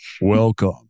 Welcome